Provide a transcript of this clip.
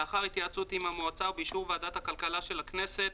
לאחר התייעצות עם המועצה ובאישור ועדת הכלכלה של הכנסת,